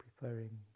preferring